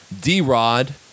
D-Rod